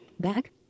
Back